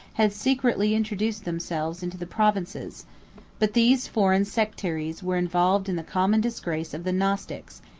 had secretly introduced themselves into the provinces but these foreign sectaries were involved in the common disgrace of the gnostics,